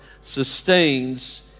sustains